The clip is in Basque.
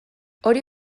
hori